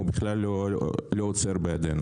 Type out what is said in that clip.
הוא בכלל לא עוצר בידינו.